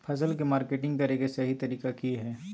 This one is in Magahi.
फसल के मार्केटिंग करें कि सही तरीका की हय?